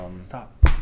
stop